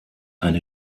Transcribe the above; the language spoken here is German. eine